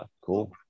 Cool